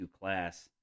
class